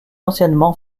anciennement